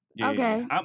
Okay